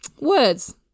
Words